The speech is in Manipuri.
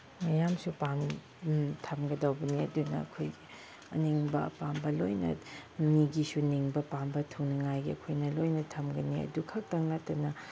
ꯃꯌꯥꯝꯁꯨ ꯊꯝꯒꯗꯧꯕꯅꯤ ꯑꯗꯨꯅ ꯑꯩꯈꯣꯏꯒꯤ ꯑꯅꯤꯡꯕ ꯑꯄꯥꯝꯕ ꯂꯣꯏꯅ ꯃꯤꯒꯤꯁꯨ ꯅꯤꯡꯕ ꯄꯥꯝꯕ ꯊꯨꯡꯅꯉꯥꯏꯒꯤ ꯑꯩꯈꯣꯏꯅ ꯂꯣꯏꯅ ꯊꯝꯒꯅꯤ ꯑꯗꯨꯈꯛꯇꯪ ꯅꯠꯇꯅ